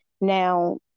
Now